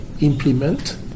implement